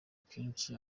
kenshi